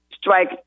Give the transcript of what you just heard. strike